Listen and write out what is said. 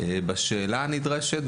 בשאלה הנדרשת,